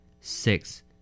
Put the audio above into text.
Six